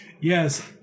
Yes